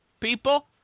people